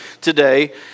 today